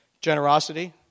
generosity